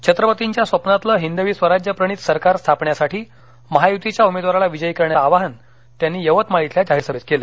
छत्रपतींच्या स्वप्नातले हिंदवी स्वराज्य प्रणित सरकार स्थापण्यासाठी महायुतीच्या उमेदवाराला विजयी करण्याचे आवाहन त्यांनी यवतमाळ इथल्या जाहिर सभेत केले